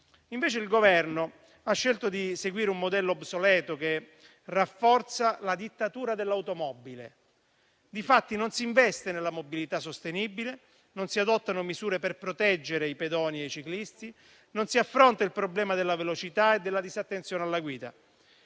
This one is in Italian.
Governo invece ha scelto di seguire un modello obsoleto che rafforza la dittatura dell'automobile; non si investe infatti nella mobilità sostenibile, non si adottano misure per proteggere i pedoni e i ciclisti, non si affronta il problema della velocità e della disattenzione alla guida.